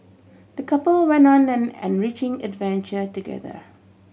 the couple went on an enriching adventure together